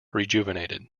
rejuvenated